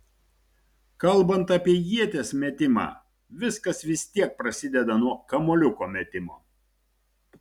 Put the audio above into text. kalbant apie ieties metimą viskas vis tiek prasideda nuo kamuoliuko metimo